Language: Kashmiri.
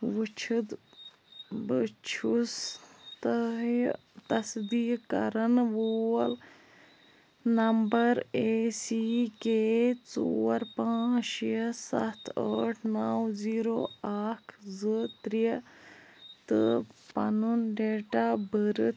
وُچھِتھ بہٕ چھُس تۄہہِ تصدیٖق کرَن وول نمبر اے سی کے ژور پانٛژھ شےٚ سَتھ ٲٹھ نَو زیٖرو اکھ زٕ ترٛےٚ تہٕ پنُن ڈیٹ آف بٔرٕتھ